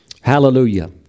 Hallelujah